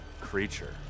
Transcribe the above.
creature